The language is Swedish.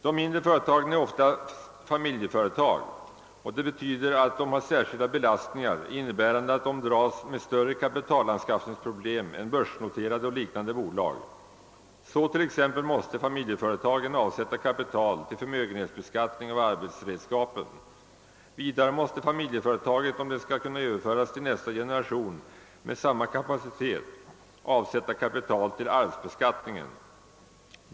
De mindre företagen är oftast familjeföretag och det betyder särskilda belastningar, innebärande att de dras med större kapitalanskaffningsproblem än börsnoterade och liknande bolag. Så t.ex. måste familjeföretagen avsätta kapital till förmögenhetsbeskattning av arbetsredskapen. Vidare måste familjeföretagen, om de skall kunna överföras till nästa generation med samma kapacitet, avsätta kapital till arvsbeskattningen.